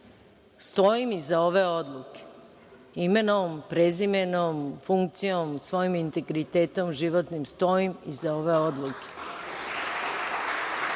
jasno. Stojim iza ove odluke. Imenom, prezimenom, funkcijom, svojim integritetom životnim, stojim iza ove odluke.(Balša